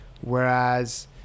Whereas